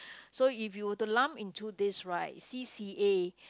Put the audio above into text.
so if you were to lump into this right C_C_A